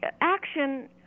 action